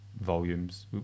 volumes